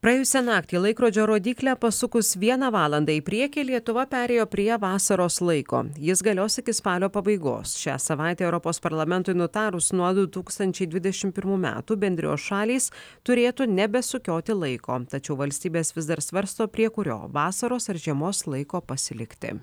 praėjusią naktį laikrodžio rodyklę pasukus vieną valandą į priekį lietuva perėjo prie vasaros laiko jis galios iki spalio pabaigos šią savaitę europos parlamentui nutarus nuo du tūkstančiai dvidešimt pirmų metų bendrijos šalys turėtų nebesukioti laiko tačiau valstybės vis dar svarsto prie kurio vasaros ar žiemos laiko pasilikti